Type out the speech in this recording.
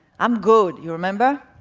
i'm good, you remember?